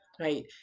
right